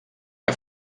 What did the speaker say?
que